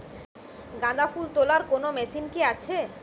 গাঁদাফুল তোলার কোন মেশিন কি আছে?